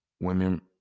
women